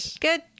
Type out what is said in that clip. good